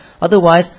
otherwise